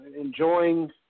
enjoying